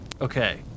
Okay